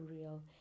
real